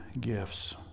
gifts